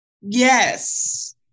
yes